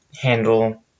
handle